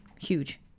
huge